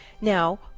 Now